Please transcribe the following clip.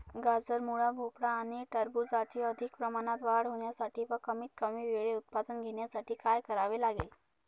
गाजर, मुळा, भोपळा आणि टरबूजाची अधिक प्रमाणात वाढ होण्यासाठी व कमीत कमी वेळेत उत्पादन घेण्यासाठी काय करावे लागेल?